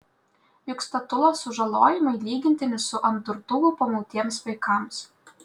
juk statulos sužalojimai lygintini su ant durtuvų pamautiems vaikams